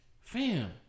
fam